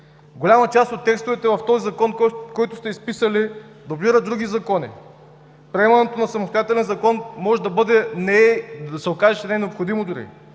Голяма част от текстовете в този Закон, които сте изписали, дублира други закони. Приемането на самостоятелен закон може да се окаже, че дори не е необходимо.